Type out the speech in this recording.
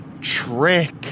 trick